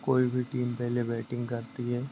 कोई भी टीम पहले बैटिंग करती है